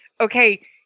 okay